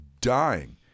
dying